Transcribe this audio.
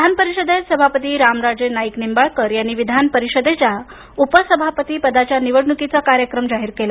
विधान परिषदेत सभापती रामराजे नाईक निंबाळकर यांनी विधानपरिषदेच्या उपसभापती पदाच्या निवडणुकीचा कार्यक्रम जाहीर केला